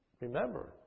Remember